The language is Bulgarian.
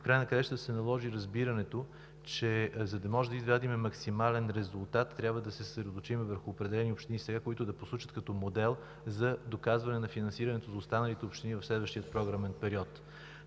края на краищата се наложи разбирането, че, за да можем да извадим максимален резултат, сега трябва да се съсредоточим върху определени общини, които да послужат като модел за доказване на финансирането за останалите общини в следващия програмен период.